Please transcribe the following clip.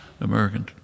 American